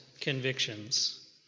convictions